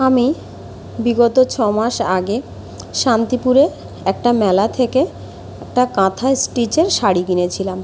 আমি বিগত ছমাস আগে শান্তিপুরে একটা মেলা থেকে একটা কাঁথা স্টিচের শাড়ি কিনেছিলাম